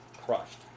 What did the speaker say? Crushed